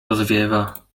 rozwiewa